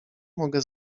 mogę